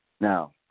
now